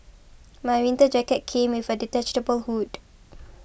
my winter jacket came with a detachable hood